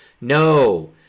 no